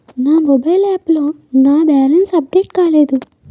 నా mobile app లో నా బ్యాలెన్స్ అప్డేట్ కాలేదు